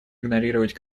игнорировать